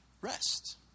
rest